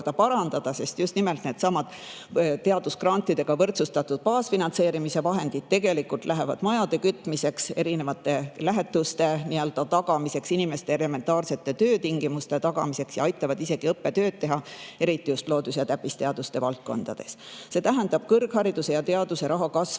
parandada, sest just nimelt needsamad teadusgrantidega võrdsustatud baasfinantseerimise vahendid tegelikult lähevad majade kütmiseks, erinevate lähetuste tagamiseks, inimeste elementaarsete töötingimuste tagamiseks ja aitavad isegi õppetööd teha, eriti just loodus‑ ja täppisteaduste valdkonnas. See tähendab, et kõrghariduse ja teaduse raha kasv koos